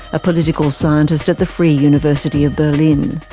a political scientist at the free university of berlin.